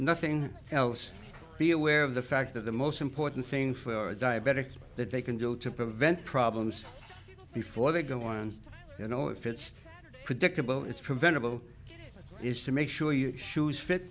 nothing else be aware of the fact that the most important thing for diabetics that they can do to prevent problems before they go on you know if it's predictable it's preventable is to make sure your shoes fit